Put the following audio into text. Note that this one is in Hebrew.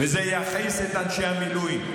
וזה יכעיס את אנשי המילואים,